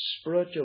spiritual